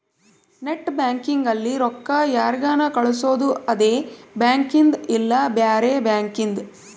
net banking ಅಲ್ಲಿ ರೊಕ್ಕ ಯಾರ್ಗನ ಕಳ್ಸೊದು ಅದೆ ಬ್ಯಾಂಕಿಂದ್ ಇಲ್ಲ ಬ್ಯಾರೆ ಬ್ಯಾಂಕಿಂದ್